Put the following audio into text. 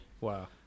Wow